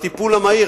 בטיפול המהיר,